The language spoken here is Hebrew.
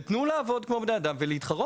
ותנו לעבוד כמו בני אדם ולהתחרות.